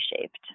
shaped